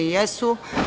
I jesu.